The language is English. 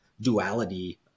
duality